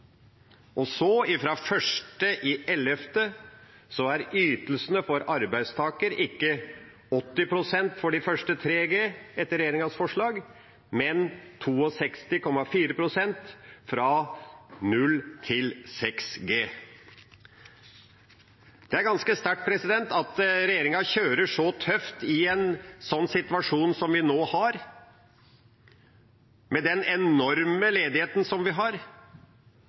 Og fra 1. november er ytelsene for arbeidstaker etter regjeringas forslag ikke 80 pst. for de første 3G, men 62,4 pst. fra 0 til 6G. Det er ganske sterkt at regjeringa kjører så tøft i en situasjon som den vi nå har. Med den enorme ledigheten som vi har,